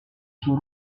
suo